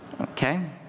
okay